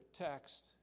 text